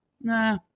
nah